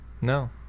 No